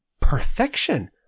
perfection